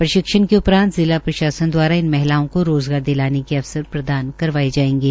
प्रशिक्षण के उपरान्त जिला प्रशासन द्वारा इन महिलाओं को रोज़गार दिलाने के अवसर प्रदान करवाये जायेंगे